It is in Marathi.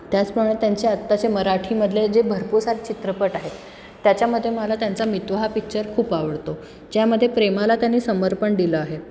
त्याचप्रमाणे त्यांचे आत्ताचे मराठीमधले जे भरपूर सारे चित्रपट आहेत त्याच्यामध्ये मला त्यांचा मितवा हा पिच्चर खूप आवडतो ज्यामध्ये प्रेमाला त्यांनी समर्पण दिलं आहे